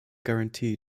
guarantee